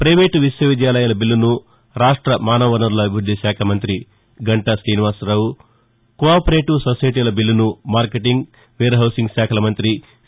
private విశ్వ విద్యాలయాల బిల్లను రాష్ట మానవ వనరుల అభివృద్ది శాఖ మంతి గంటా శ్రీనివాసరావు కో ఆపరేటివ్ సొసైటీల బిల్లును మార్కెటింగ్ వేర్ హౌసింగ్ శాఖల మంత్రి సి